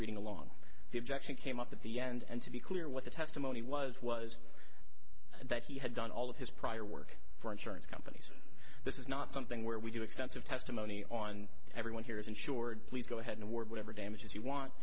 reading along the objection came up at the end and to be clear what the testimony was was that he had done all of his prior work for insurance companies this is not something where we do extensive testimony on everyone here is insured please go ahead and ward whatever damages you want